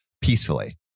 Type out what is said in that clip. peacefully